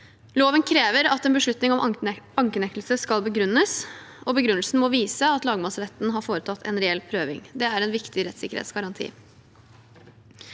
Loven krever at en beslutning om ankenektelse skal begrunnes. Begrunnelsen må vise at lagmannsretten har foretatt en reell prøving. Dette er en viktig rettssikkerhetsgaranti.